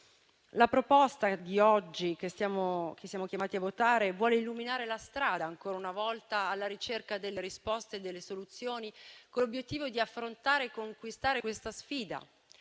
La proposta che oggi siamo chiamati a votare vuole illuminare la strada ancora una volta alla ricerca delle risposte e delle soluzioni, con l'obiettivo di affrontare e vincere questa sfida.